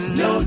no